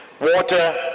water